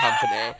company